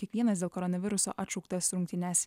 kiekvienas dėl koronaviruso atšauktas rungtynes